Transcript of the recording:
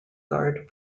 guard